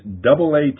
double-A